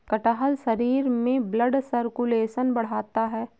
कटहल शरीर में ब्लड सर्कुलेशन बढ़ाता है